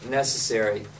necessary